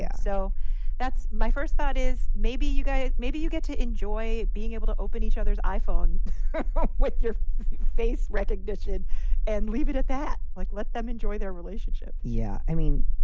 yeah so that's my first thought, is maybe you guys maybe you get to enjoy being able to open each other's iphone with your face recognition and leave it at that. like, let them enjoy their relationship yeah. i mean,